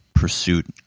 pursuit